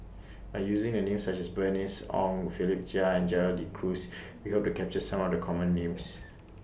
By using Names such as Bernice Ong Philip Chia and Gerald De Cruz We Hope to capture Some of The Common Names